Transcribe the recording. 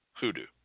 hoodoo